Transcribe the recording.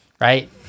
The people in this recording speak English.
right